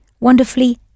Wonderfully